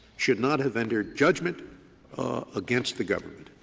should not have entered judgment against the government.